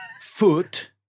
foot